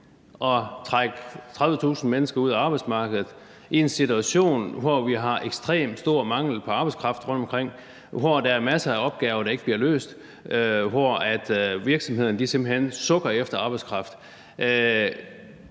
at trække 30.000 mennesker ud af arbejdsmarkedet i en situation, hvor vi har ekstremt stor mangel på arbejdskraft rundomkring; hvor der er masser af opgaver, der ikke bliver løst; hvor virksomhederne simpelt hen sukker efter arbejdskraft.